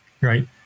right